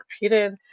repeated